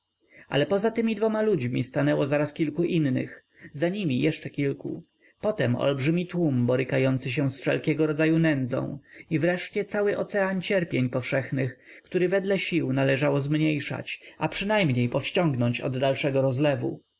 ale poza tymi dwoma ludźmi stanęło zaraz kilku innych za nimi jeszcze kilku potem olbrzymi tłum borykający się z wszelkiego rodzaju nędzą i wreszcie cały ocean cierpień powszechnych które wedle sił należało zmniejszać a przynajmniej powściągnąć od dalszego